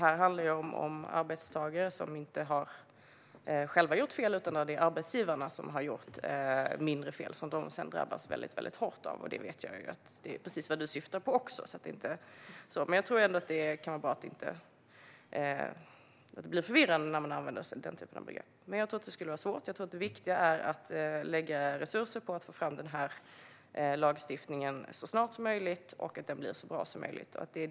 Här handlar det om arbetstagare som själva inte har gjort fel, utan det är arbetsgivarna som har gjort mindre fel som arbetstagarna sedan drabbas hårt av. Jag vet att det är precis vad Paula Bieler syftar på, men det kan vara bra att inte skapa förvirring genom att använda den typen av begrepp. Det skulle vara svårt. Det viktiga är att lägga resurser på att få fram lagstiftningen så snart som möjligt och att den blir så bra som möjligt.